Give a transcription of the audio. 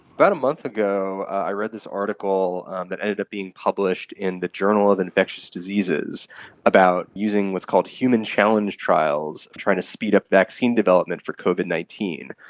about a month ago i read this article that ended up being published in the journal of infectious diseases about using what's called human challenge trials, trying to speed up vaccine development for covid nineteen.